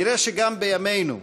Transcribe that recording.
נראה שגם בימינו,